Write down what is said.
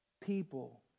people